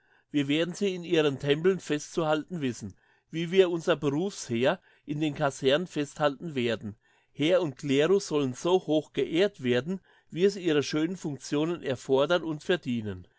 wir werden sie in ihren tempeln festzuhalten wissen wie wir unser berufsheer in den kasernen festhalten werden heer und clerus sollen so hoch geehrt werden wie es ihre schönen functionen erfordern und verdienen